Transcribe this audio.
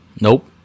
Nope